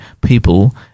people